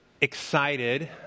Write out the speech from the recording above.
excited